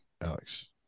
Alex